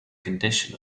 condition